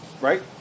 Right